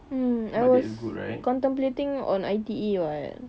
mm I was contemplating on I_T_E [what]